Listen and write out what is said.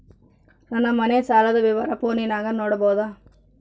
ನನ್ನ ಮನೆ ಸಾಲದ ವಿವರ ಫೋನಿನಾಗ ನೋಡಬೊದ?